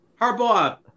Harbaugh